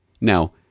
Now